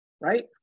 right